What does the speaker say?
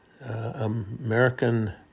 American